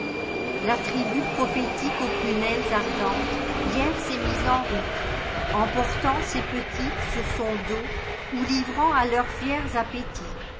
la tribu prophétique aux prunelles ardenteshier s'est mise en route emportant ses petitssur son dos ou livrant à leurs fiers appétitsle